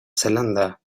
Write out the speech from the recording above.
zelanda